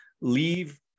leave